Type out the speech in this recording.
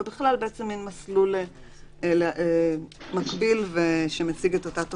ובכלל בעצם מין מסלול מקביל שמשיג את אותה תוצאה.